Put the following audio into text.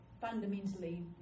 fundamentally